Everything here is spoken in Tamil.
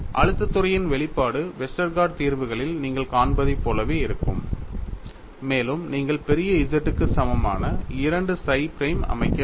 அழுத்தத் துறையின் வெளிப்பாடு வெஸ்டர்கார்ட் தீர்வுகளில் நீங்கள் காண்பதைப் போலவே இருக்கும் மேலும் நீங்கள் பெரிய Z க்கு சமமான 2 psi பிரைம் அமைக்க வேண்டும்